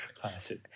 Classic